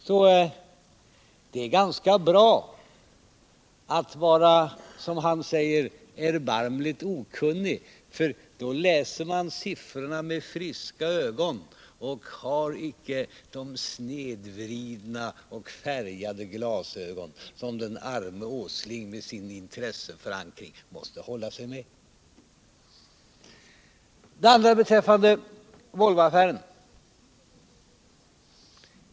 Så det är ganska bra att vara, som herr Åsling säger, erbarmligt okunnig, för då läser man siffrorna med friska ögon och har icke de snedvridande och färgade glasögon som den arme Åsling med sin intresseförankring måste hålla sig med. Ett par ord också om Volvoaffären.